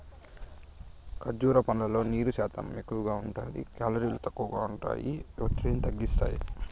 కర్భూజా పండ్లల్లో నీరు శాతం ఎక్కువగా ఉంటాది, కేలరీలు తక్కువగా ఉంటాయి, ఒత్తిడిని తగ్గిస్తాయి